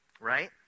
right